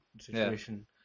situation